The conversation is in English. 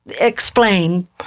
Explain